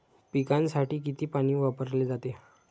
पिकांसाठी किती पाणी वापरले जाते?